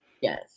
Yes